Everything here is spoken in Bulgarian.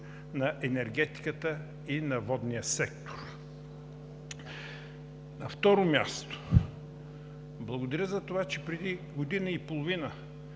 на енергетиката и на водния сектор. На второ място, благодаря за това, че преди година и половина